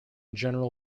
general